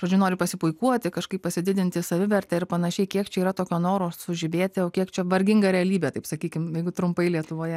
žodžiu nori pasipuikuoti kažkaip pasididinti savivertę ir panašiai kiek čia yra tokio noro sužibėti o kiek čia varginga realybė taip sakykim jeigu trumpai lietuvoje